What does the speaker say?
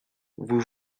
vous